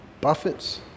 buffets